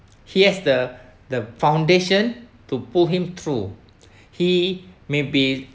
he has the the foundation to pull him through he may be